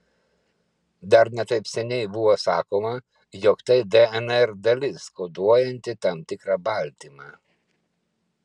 dar ne taip seniai buvo sakoma jog tai dnr dalis koduojanti tam tikrą baltymą